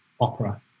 opera